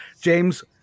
James